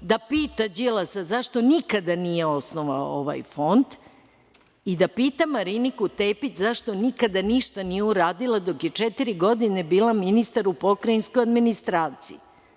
da pita Đilasa zašto nikada nije osnovao ovaj fond i da pita Mariniku Tepić zašto nikada ništa nije uradila dok je četiri godine bila ministar u pokrajinskoj administraciji.